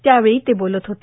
यावेळ ते बोलत होते